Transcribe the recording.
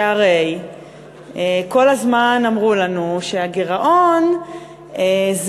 שהרי כל הזמן אמרו לנו שהגירעון זה